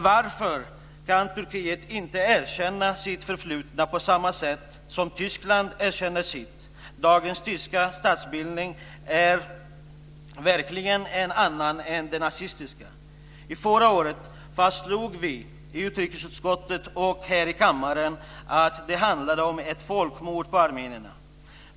Varför kan Turkiet inte erkänna sitt förflutna på samma sätt som Tyskland erkänner sitt? Dagens tyska statsbildning är verkligen en annan än den nazistiska. Förra året fastslog vi i utrikesutskottet och här i kammaren att det handlade om ett folkmord på armenierna.